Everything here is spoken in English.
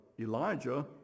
Elijah